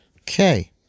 Okay